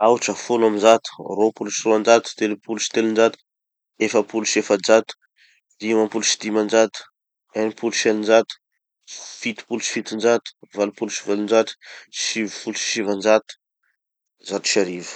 Aotra, folo amby zato, rôpolo sy roanjato, telopolo sy telonjato, efapolo sy efajato, dimam-polo sy dimanjato, enim-polo sy eninjato, fitopolo sy fitonjato, valopolo sy valonjato, sivfolo sy sivanjato, zato sy arivo.